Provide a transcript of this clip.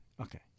Okay